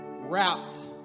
wrapped